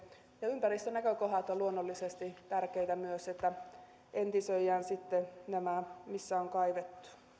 ja ympäristönäkökohdat ovat luonnollisesti tärkeitä myös että entisöidään sitten nämä missä on kaivettu